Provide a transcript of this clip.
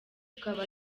tukaba